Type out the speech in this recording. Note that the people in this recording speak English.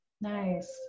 Nice